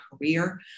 career